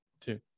Two